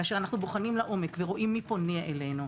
כשאנחנו בוחנים לעומק ורואים מי פונה אלינו,